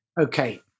Okay